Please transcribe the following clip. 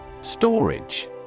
Storage